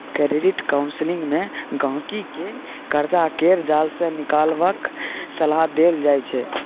credit counselling मे गहिंकी केँ करजा केर जाल सँ निकलबाक सलाह देल जाइ छै